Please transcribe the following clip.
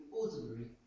ordinary